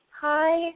Hi